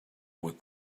with